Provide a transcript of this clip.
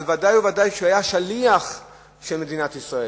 אבל בוודאי ובוודאי כשהוא היה שליח של מדינת ישראל,